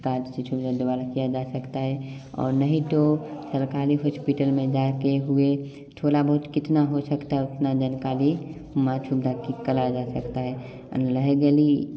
उस कार्ड से सुविधा दोबारा किया जा सकता है और नहीं तो सरकारी हॉस्पिटल में जाके हुए थोड़ा बहुत कितना हो सकता है उतना जानकारी मौजूद कर सकता है लहगीली